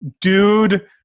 dude